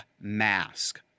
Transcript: mask